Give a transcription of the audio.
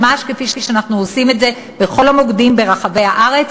ממש כפי שאנחנו עושים את זה בכל המוקדים ברחבי הארץ,